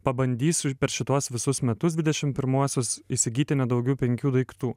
pabandysiu per šituos visus metus dvidešimt pirmuosius įsigyti nedaugiau penkių daiktų